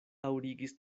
daŭrigis